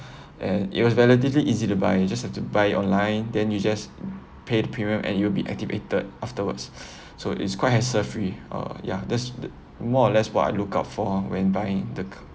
and it was relatively easy to buy you just have to buy online then you just pay premium and you will be activated afterwards so it's quite hassle free uh ya that's more or less what I look out for when buying the